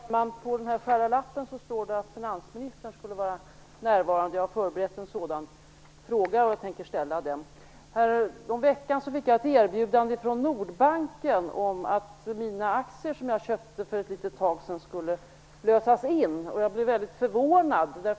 Fru talman! På den skära lapp som har delats ut står det att finansministern skulle vara närvarande. Jag har förberett en fråga, och jag tänker ställa den. Häromveckan fick jag ett erbjudande från Nordbanken om att mina aktier som jag köpte för ett litet tag sedan skulle lösas in. Jag blev väldigt förvånad.